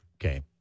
okay